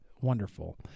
Wonderful